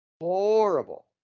Horrible